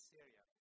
Syria